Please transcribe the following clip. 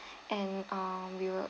and uh we will